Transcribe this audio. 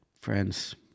friends